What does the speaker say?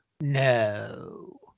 No